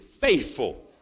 faithful